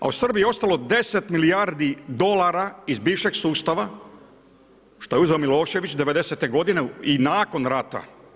A u Srbiji je ostalo 10 milijardi dolara iz bivšeg sustava što je uzeo Milošević '90. godine i nakon rata.